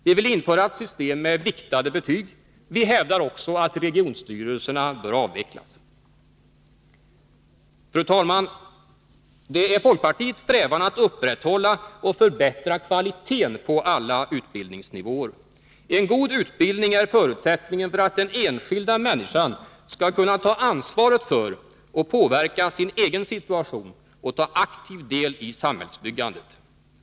Vi vill införa ett system med viktade betyg. Vi hävdar också, att regionstyrelserna bör avvecklas. Fru talman! Det är folkpartiets strävan att upprätthålla och förbättra kvaliteten på alla utbildningsnivåer. En god utbildning är förutsättningen för att den enskilda människan skall kunna ta ansvaret för och påverka sin egen situation och ta aktiv del i samhällsbyggandet.